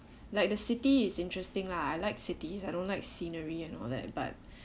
like the city is interesting lah I like cities I don't like scenery and all that but